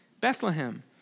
Bethlehem